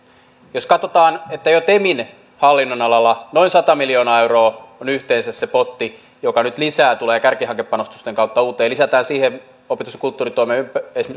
jos katsotaan että jo temin hallinnonalalla noin sata miljoonaa euroa on yhteensä se potti joka nyt tulee lisää kärkihankepanostusten kautta uutta ja lisätään siihen opetus ja kulttuuritoimen ja esimerkiksi